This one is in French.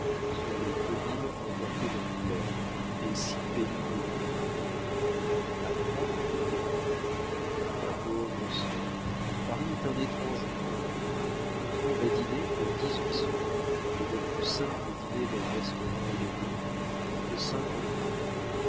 sur les deux mille emportés d'angoulême et si péniblement trouvés a quoi diras-tu ma pauvre sœur paris est un étrange gouffre on y trouve à dîner pour dix-huit sous et le plus simple dîner d'un restaurat élégant coûte cinquante francs